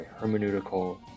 hermeneutical